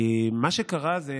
מה שקרה זה